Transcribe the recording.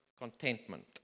contentment